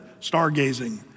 Stargazing